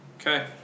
Okay